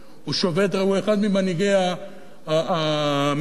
הוא אחד ממנהיגי המחאה החברתית.